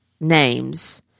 names